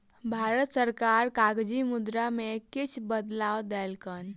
भारत सरकार कागजी मुद्रा में किछ बदलाव कयलक